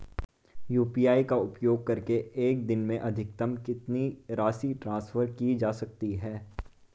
UPI का उपयोग करके एक दिन में अधिकतम कितनी राशि ट्रांसफर की जा सकती है?